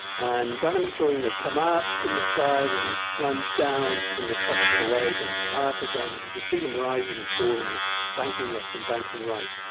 and dynamic soaring, they come up in the sky then they plunge down in the troughs of the wave, then they come up again, and you can see them rising and falling and banking left and banking right.